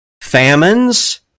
Famines